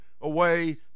away